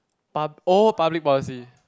pub~ oh public policy